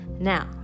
Now